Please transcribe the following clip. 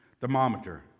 thermometer